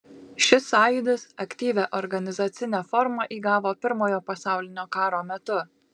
šis sąjūdis aktyvią organizacinę formą įgavo pirmojo pasaulinio karo metu